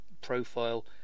profile